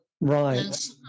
Right